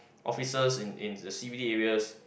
officers in in the C_B_D areas